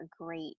great